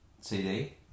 CD